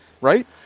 Right